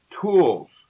tools